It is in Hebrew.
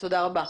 תודה רבה.